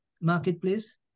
marketplace